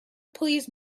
please